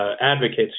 advocates